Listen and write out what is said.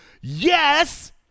Yes